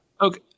Okay